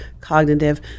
cognitive